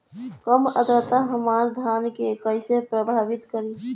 कम आद्रता हमार धान के कइसे प्रभावित करी?